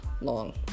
long